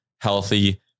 healthy